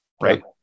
Right